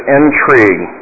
intrigue